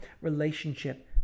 relationship